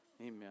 Amen